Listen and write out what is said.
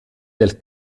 del